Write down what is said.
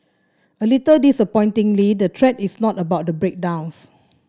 a little disappointingly the thread is not about the breakdowns